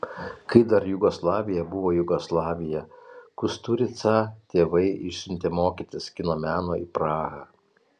kai dar jugoslavija buvo jugoslavija kusturicą tėvai išsiuntė mokytis kino meno į prahą